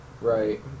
Right